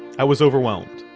i was overwhelmed.